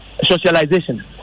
socialization